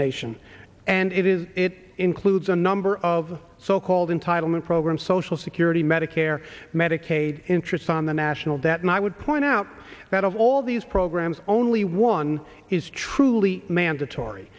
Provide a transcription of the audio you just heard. nation and it is it includes a number of so called entitlement programs social security medicare medicaid interest on the national debt and i would point out that of all these programs only one is truly mandatory